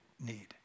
need